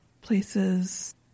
places